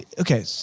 Okay